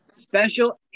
Special